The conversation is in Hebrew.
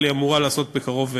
אבל היא אמורה לעשות יותר בקרוב.